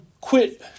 quit